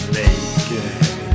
naked